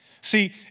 See